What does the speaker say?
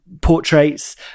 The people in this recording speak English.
portraits